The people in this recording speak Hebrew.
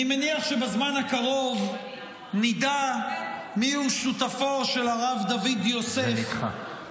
אני מניח שבזמן הקרוב נדע מי הוא שותפו של הרב דוד יוסף -- זה נדחה.